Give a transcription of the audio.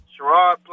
Sherrod